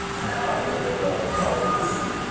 and i'll talk a little bit about quality improvement.